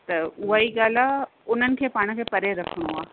त उहा ई ॻाल्हि आहे उन्हनि खे पाण खे परे रखिणो आहे